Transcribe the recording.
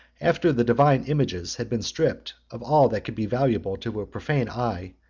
after the divine images had been stripped of all that could be valuable to a profane eye,